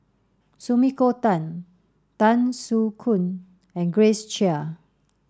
Sumiko Tan Tan Soo Khoon and Grace Chia